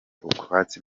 utwatsi